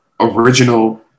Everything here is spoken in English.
original